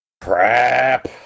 Crap